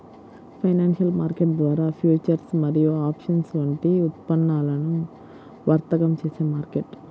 financial market ద్వారా futures మరియు options వంటి ఉత్పన్నాలను వర్తకం చేసే మార్కెట్